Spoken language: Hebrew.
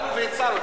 באנו והצענו,